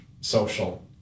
social